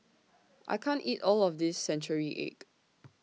I can't eat All of This Century Egg